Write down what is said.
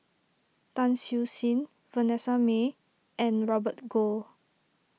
Tan Siew Sin Vanessa Mae and Robert Goh